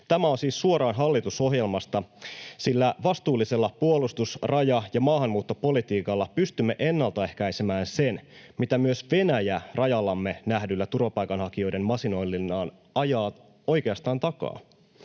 Tämä on siis suoraan hallitusohjelmasta, sillä vastuullisella puolustus-, raja- ja maahanmuuttopolitiikalla pystymme ennaltaehkäisemään sen, mitä myös Venäjä rajallamme nähdyllä turvapaikanhakijoiden masinoinnillaan oikeastaan ajaa